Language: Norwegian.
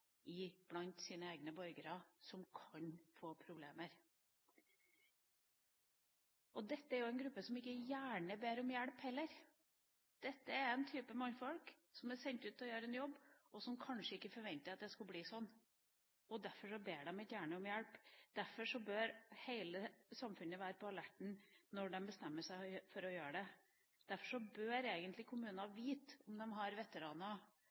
blant sine egne borgere som kan få problemer? Dette er en gruppe som heller ikke gjerne ber om hjelp. Dette er en type mannfolk som er sendt ut for å gjøre en jobb som de kanskje ikke forventet skulle bli sånn. Derfor ber de ikke gjerne om hjelp. Derfor bør hele samfunnet være på alerten når de bestemmer seg for å gjøre det. Derfor bør kommuner vite om de har